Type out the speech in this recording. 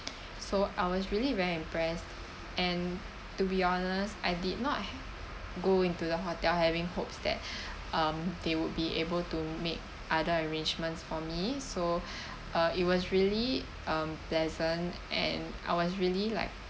so I was really very impressed and to be honest I did not go into the hotel having hopes that um they would be able to make other arrangements for me so uh it was really um pleasant and I was really like